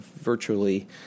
virtually